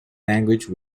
language